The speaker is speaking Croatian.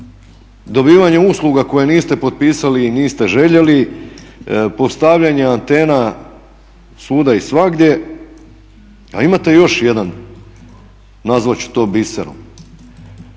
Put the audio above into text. Dobivanjem usluga koje niste potpisali i niste željeli, postavljanje antena svuda i svagdje. Ali imate još jedan nazvat ću to biserom.